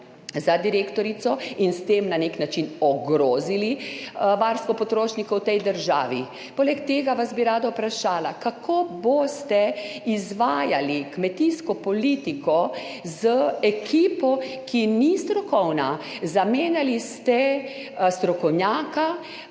za direktorico, in s tem na nek način ogrozili varstvo potrošnikov v tej državi? Poleg tega vas bi rada vprašala: Kako boste izvajali kmetijsko politiko z ekipo, ki ni strokovna? Zamenjali ste strokovnjaka,